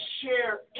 share